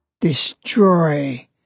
destroy